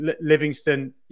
Livingston